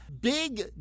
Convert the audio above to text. big